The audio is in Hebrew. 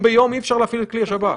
אנחנו מקבלים דוחות ברמה שבועית.